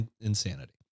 insanity